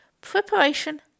preparation